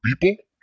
people